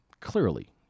Clearly